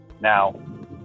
Now